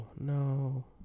No